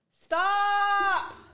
Stop